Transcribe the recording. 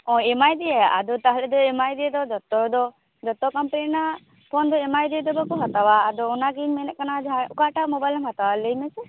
ᱚ ᱮᱢᱟᱭ ᱫᱤᱭᱮ ᱟᱫᱚ ᱛᱟᱦᱚᱞᱮ ᱫᱚ ᱮᱢᱟᱭ ᱫᱤᱭᱮ ᱫᱚ ᱡᱚᱛᱚ ᱫᱚ ᱡᱚᱛᱚ ᱠᱚᱢᱯᱮ ᱨᱮᱱᱟ ᱯᱷᱳᱱ ᱫᱚ ᱮᱢᱟᱭ ᱫᱤᱭᱮ ᱫᱚᱫᱚ ᱠᱚ ᱦᱟᱛᱟᱣᱟ ᱟᱫᱚ ᱚᱱᱟᱜᱤᱧ ᱢᱮᱱᱮ ᱠᱟᱱᱟ ᱡᱟᱦᱟᱸ ᱚᱠᱟᱴᱟ ᱢᱳᱵᱟᱭᱤᱞᱮᱢ ᱦᱟᱛᱟᱣᱟ ᱞᱟᱹᱭ ᱢᱮᱥᱮ